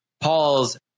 Paul's